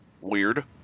weird